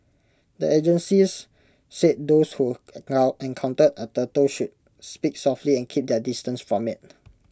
the agencies said those who encounter A turtle should speak softly and keep their distance from IT